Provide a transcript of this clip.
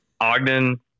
Ogden